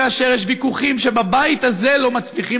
כאשר יש ויכוחים שבבית הזה לא מצליחים